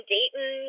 Dayton